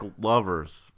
lovers